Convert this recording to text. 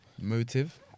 motive